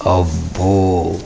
అబ్బో